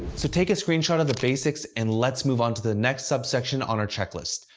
so take a screenshot of the basics and let's move on to the next subsection on our checklist,